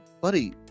buddy